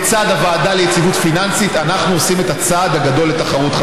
לצד הוועדה ליציבות פיננסית אנחנו עושים את הצעד הגדול לתחרות.